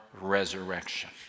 resurrection